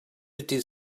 dydd